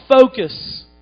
focus